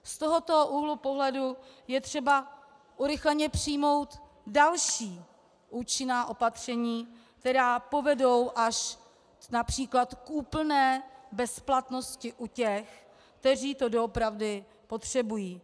Z tohoto úhlu pohledu je třeba urychleně přijmout další účinná opatření, která povedou až například k úplné bezplatnosti u těch, kteří to doopravdy potřebují.